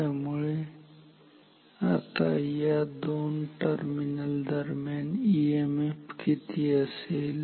त्यामुळे आता या दोन टर्मिनल मध्ये ईएमएफ किती असेल